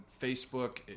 Facebook